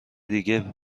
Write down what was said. دیگه